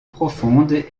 profonde